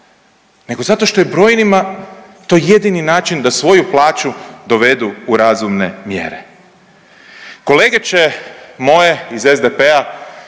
nego zato što je brojnima to jedini način da svoju plaću dovedu u razumne mjere. Kolege će moje iz SDP-a